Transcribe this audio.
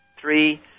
three